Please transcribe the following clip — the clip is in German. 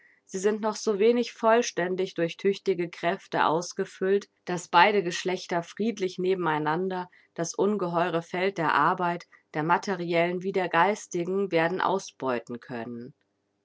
sie sind noch so wenig vollständig durch tüchtige kräfte ausgefüllt daß beide geschlechter friedlich nebeneinander das ungeheure feld der arbeit der materiellen wie der geistigen werden ausbeuten können